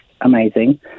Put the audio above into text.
amazing